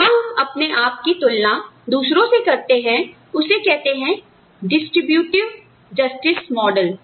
जहां हम अपने आप की तुलना दूसरों से करते हैं उसे कहते हैं वितरण न्याय मॉड